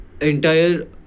entire